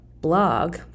blog